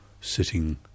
sitting